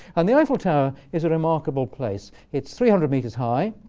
and the eiffel tower is a remarkable place. it's three hundred meters high.